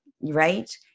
Right